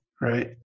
right